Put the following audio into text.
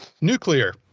Nuclear